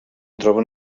troben